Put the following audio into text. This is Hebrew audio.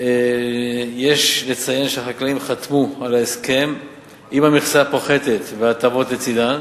יש לציין שהחקלאים חתמו על ההסכם עם המכסה הפוחתת וההטבות לצדו,